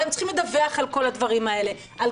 הרי הם צריכים לדווח על כל הדברים האלה על